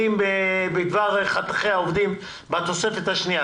נתונים בדבר חתכי עובדים הם בתוספת השנייה.